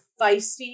feisty